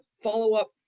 follow-up